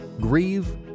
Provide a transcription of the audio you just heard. Grieve